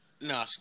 No